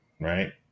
right